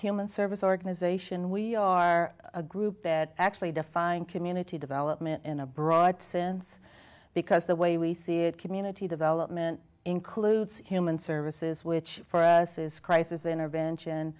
human service organization we are a group that actually define community development in a broad sense because the way we see it community development includes human services which for us is crisis intervention